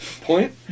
point